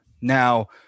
Now